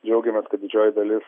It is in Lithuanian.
džiaugiamės kad didžioji dalis